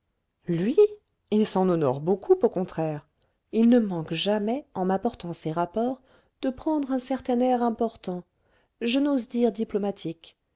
lui il s'en honore beaucoup au contraire il ne manque jamais en m'apportant ses rapports de prendre un certain air important je n'ose dire diplomatique